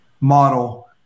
model